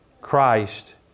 Christ